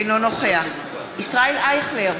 אינו נוכח ישראל אייכלר,